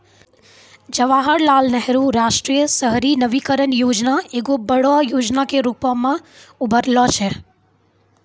जवाहरलाल नेहरू राष्ट्रीय शहरी नवीकरण योजना एगो बड़ो योजना के रुपो मे उभरलो छै